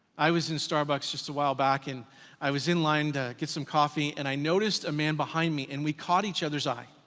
i was in starbucks just awhile back and i was in line to get some coffee and i noticed a man behind me and we caught each other's eye.